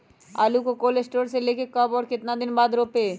आलु को cold store से ले के कब और कितना दिन बाद रोपे?